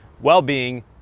well-being